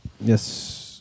Yes